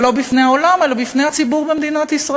אבל לא בפני העולם אלא בפני הציבור בישראל.